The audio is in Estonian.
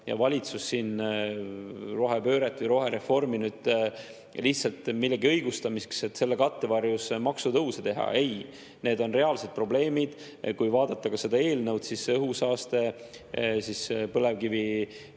valitsus siin rohepööret ja rohereformi lihtsalt millegi õigustamiseks, et selle kattevarjus maksutõuse teha. Ei, need on reaalsed probleemid. Kui vaadata ka seda eelnõu, siis [näeme], et õhusaaste ja põlevkivijäätmete